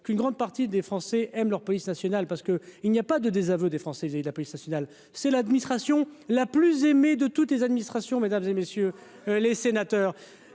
qu'une grande partie des Français aiment leur police nationale parce que il n'y a pas de désaveu des Français, la police nationale. C'est l'administration la plus aimée de toutes les administrations, mesdames et messieurs les sénateurs,